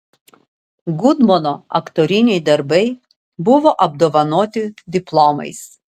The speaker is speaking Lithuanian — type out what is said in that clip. gudmono aktoriniai darbai buvo apdovanoti diplomais